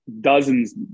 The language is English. dozens